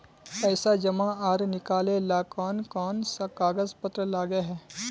पैसा जमा आर निकाले ला कोन कोन सा कागज पत्र लगे है?